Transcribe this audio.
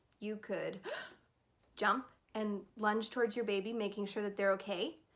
you could jump and lunge towards your baby making sure that they're okay,